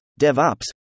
DevOps